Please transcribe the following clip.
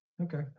Okay